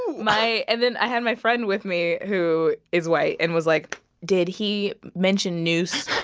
my and then i had my friend with me who is white and was like, did he mention noose